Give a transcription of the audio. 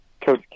Coach